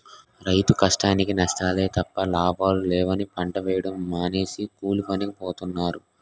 రైతు కష్టానికీ నష్టాలే తప్ప లాభాలు లేవని పంట వేయడం మానేసి కూలీపనికి పోతన్నారు